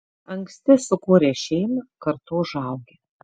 anksti sukūręs šeimą kartu užaugi